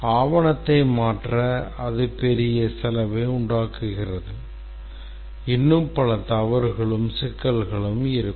ஆவணத்தை மாற்ற இது பெரிய செலவை உண்டாக்குகிறது இன்னும் பல தவறுகளும் சிக்கல்களும் இருக்கும்